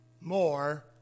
more